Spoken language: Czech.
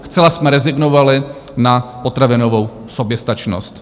Zcela jsme rezignovali na potravinovou soběstačnost.